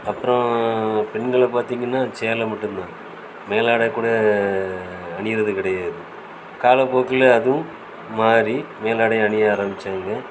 அப்புறோம் பெண்களை பார்த்தீங்கன்னா சேலை மட்டும் தான் மேலாடை கூட அணியறது கிடையாது காலப்போக்கில் அதுவும் மாறி மேலாடை அணிய ஆரம்பிச்சாங்க